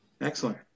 Excellent